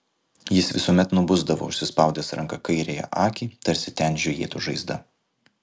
jis visuomet nubusdavo užsispaudęs ranka kairiąją akį tarsi ten žiojėtų žaizda